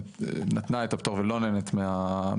נתנה את הפטור ולא נהנית מהמיסוי,